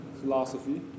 philosophy